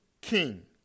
king